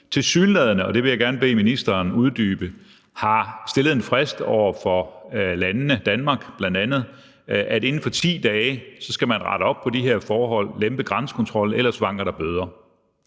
tilsyneladende, og det vil jeg gerne bede ministeren uddybe, har stillet en frist over for landene, bla. Danmark, at man inden for 10 dage skal rette op på de her forhold, lempe grænsekontrollen; ellers vanker der bøder.